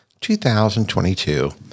2022